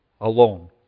alone